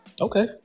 Okay